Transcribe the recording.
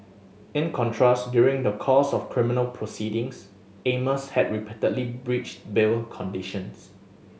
in contrast during the course of criminal proceedings Amos had repeatedly breached bail conditions